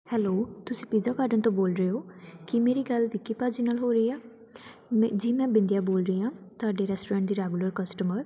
hello ਤੁਸੀਂ pizza garden ਤੋਂ ਬੋਲ ਰਹੇ ਹੋ ਕੀ ਮੇਰੀ ਗੱਲ ਵਿੱਕੀ ਭਾਅ ਜੀ ਨਾਲ ਹੋ ਰਹੀ ਆ ਮੇ ਜੀ ਮੈਂ ਵਿੱਦਿਆ ਬੋਲ ਰਹੀ ਹਾਂ ਤੁਹਾਡੇ ਰੈਸਟੋਰੈਂਟ ਦੀ ਰੈਗੂਲਰ ਕਸਟਮਰ